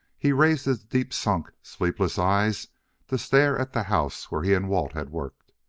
he raised his deep-sunk, sleepless eyes to stare at the house where he and walt had worked.